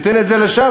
תיתן את זה שם.